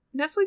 Netflix